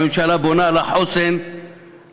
הממשלה בונה על החוסן האנושי,